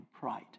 pride